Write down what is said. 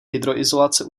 hydroizolace